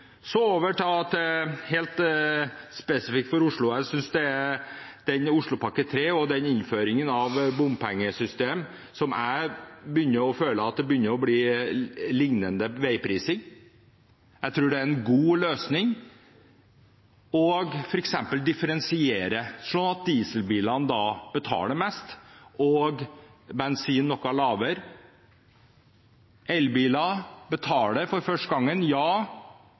Så over til det som er helt spesifikt for Oslo. Oslopakke 3 og innføringen av bompengesystem føler jeg begynner å ligne veiprising. Jeg tror det er en god løsning med differensiering, sånn at dieselbilene betaler mest og bensinbilene noe mindre. Elbiler skal betale for første gang, ja,